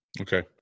Okay